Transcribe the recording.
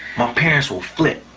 my parents will flip.